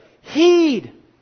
Heed